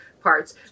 parts